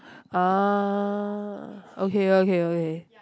ah okay okay okay